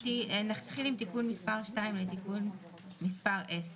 נתחיל עם תיקון מס' 2 לתיקון מס' 10: